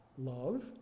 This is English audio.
Love